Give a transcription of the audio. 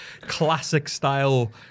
classic-style